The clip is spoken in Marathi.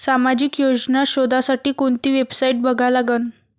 सामाजिक योजना शोधासाठी कोंती वेबसाईट बघा लागन?